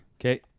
Okay